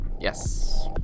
Yes